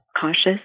cautious